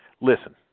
Listen